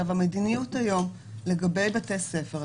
המדיניות היום לגבי בתי ספר,